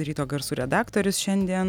ryto garsų redaktorius šiandien